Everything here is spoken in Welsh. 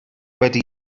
wedi